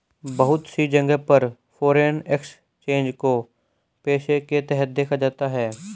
बहुत सी जगह पर फ़ोरेन एक्सचेंज को पेशे के तरह देखा जाता है